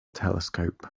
telescope